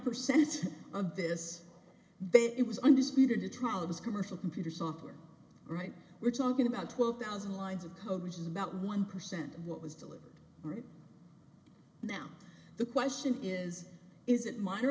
percentage of this it was under speedy trial it was commercial computer software right we're talking about twelve thousand lines of code which is about one percent of what was delivered right now the question is is it minor